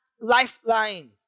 lifeline